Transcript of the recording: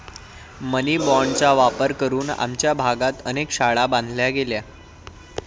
मनी बाँडचा वापर करून आमच्या भागात अनेक शाळा बांधल्या गेल्या